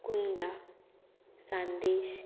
कुंदा सांदेश